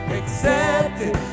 accepted